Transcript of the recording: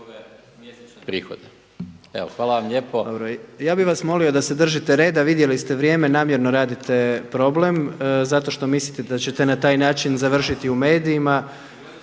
hvala vam lijepo.